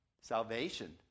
salvation